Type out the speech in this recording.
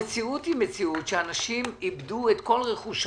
המציאות היא מציאות שאנשים איבדו את כל רכושם.